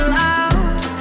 loud